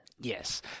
Yes